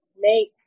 make